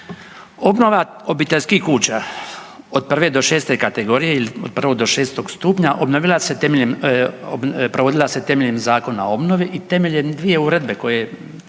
Obnova obiteljskih kuća od 1. do 6. kategorije ili od 1. do 6. stupnja obnovila se temeljem, provodila se temeljem Zakona o obnovi i temeljem dvije uredbe koje je